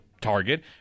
target